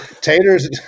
taters